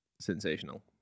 sensational